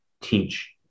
teach